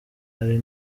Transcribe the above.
ari